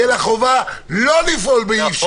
תהיה לה חובה לא לפעול באי-שוויוניות.